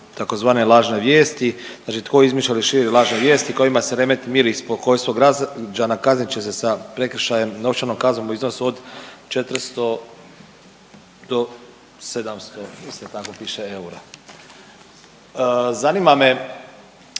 tzv. lažne vijesti, znači tko izmišlja ili širi lažne vijesti kojima se remeti mir i spokojstvo građana kaznit će se sa prekršajem i novčanom kaznom u iznosu od 400 do 700 isto tako piše eura. Zanima me